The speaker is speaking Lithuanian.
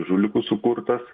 žulikų sukurtas